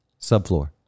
subfloor